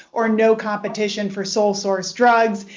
or no competition for sole-source drugs.